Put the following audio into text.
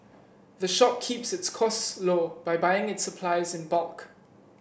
the shop keeps its cost low by buying its supplies in bulk